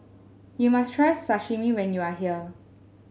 you must try Sashimi when you are here